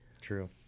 True